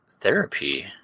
Therapy